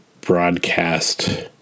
broadcast